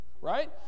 right